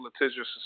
litigious